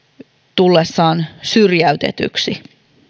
tullessaan silti syrjäytetyksi